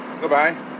Goodbye